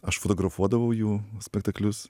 aš fotografuodavau jų spektaklius